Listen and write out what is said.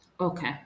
okay